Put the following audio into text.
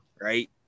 right